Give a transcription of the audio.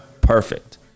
perfect